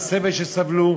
על הסבל שסבלו.